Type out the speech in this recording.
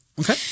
Okay